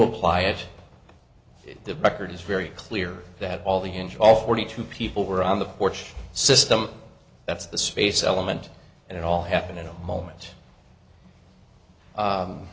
apply it the record is very clear that all the hinge all forty two people were on the court system that's the space element and it all happened in a moment